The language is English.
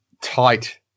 tight